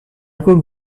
could